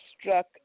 struck